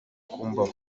kumbaho